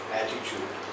attitude